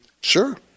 Sure